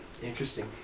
Interesting